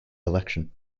election